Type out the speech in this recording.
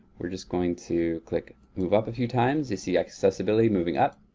we're just going to click move up a few times. you see accessibility moving up.